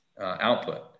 output